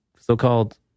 so-called